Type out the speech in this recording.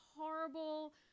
horrible